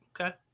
Okay